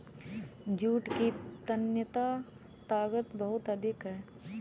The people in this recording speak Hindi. जूट की तन्यता ताकत बहुत अधिक है